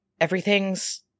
Everything's